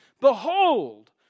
Behold